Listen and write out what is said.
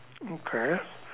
okay